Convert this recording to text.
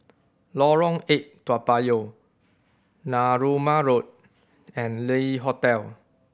Lorong Eight Toa Payoh Narooma Road and Le Hotel